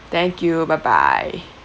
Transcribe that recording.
thank you bye bye